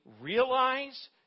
realize